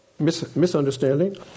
misunderstanding